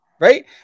right